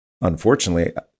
unfortunately